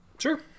Sure